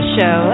Show